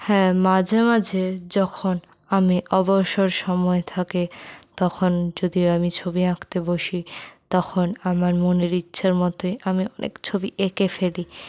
হ্যাঁ মাঝে মাঝে যখন আমি অবসর সময় থাকে তখন যদি আমি ছবি আঁকতে বসি তখন আমার মনের ইচ্ছার মতই আমি অনেক ছবি এঁকে ফেলি